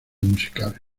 musical